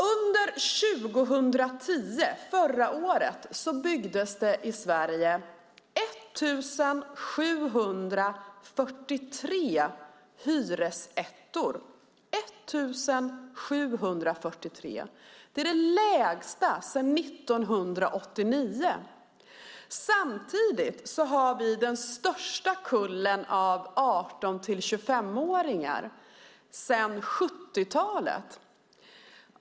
Under 2010 byggdes det i Sverige 1 743 hyresettor. Det har inte byggts så få sedan 1989. Samtidigt har vi den största kullen 18-25-åringar sedan 70-talet.